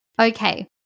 Okay